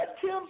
Tim